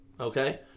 okay